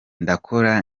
ndakora